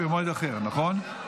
במועד אחר, נכון?